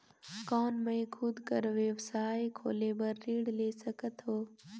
कौन मैं खुद कर व्यवसाय खोले बर ऋण ले सकत हो?